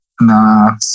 Nah